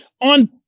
on